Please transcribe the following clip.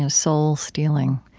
so soul stealing.